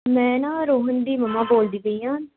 ਮੈਂ ਨਾ ਰੋਹਨ ਦੀ ਮੰਮਾ ਬੋਲਦੀ ਪਈ ਹਾਂ